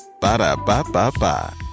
Ba-da-ba-ba-ba